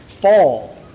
fall